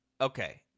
Okay